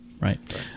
Right